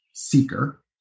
seeker